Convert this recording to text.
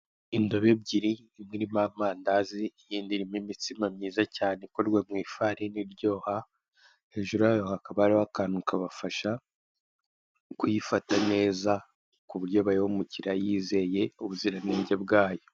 Indobo ebyiri, imwe irimo amandazi iy'indi irimo imitsima myiza cyane ikorwa mu ifarini iryoha, hejuru yayo hakaba hariho akantu kabafasha kuyifata neza ku buryo bayiha umukiraya yizeye ubuziranenge bwayo.